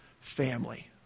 family